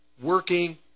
working